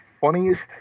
funniest